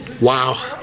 Wow